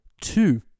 two